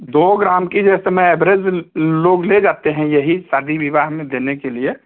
दो ग्राम की जैसे में एभरेज लोग ले जाते हैं यही शादी विवाह में देने के लिए